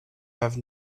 have